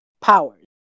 powers